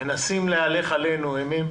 מנסים להלך עלינו אימים